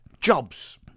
Jobs